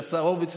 שהשר הורוביץ,